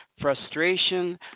frustration